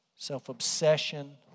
self-obsession